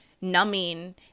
numbing